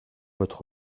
votre